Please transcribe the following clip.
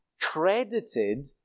credited